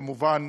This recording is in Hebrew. כמובן,